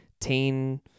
teen